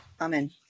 Amen